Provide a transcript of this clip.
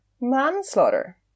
manslaughter